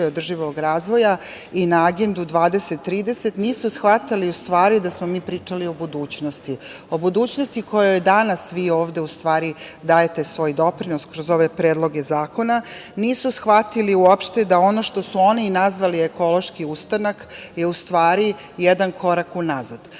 održivog razvoja i na Agendu 2030, nisu shvatali, u stvari, da smo mi pričali o budućnosti, o budućnosti kojoj vi danas ovde dajete svoj doprinos, kroz ove predloge zakona. Nisu shvatili uopšte da ono što su oni nazvali ekološki ustanak je u stvari jedan korak unazad,